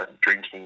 drinking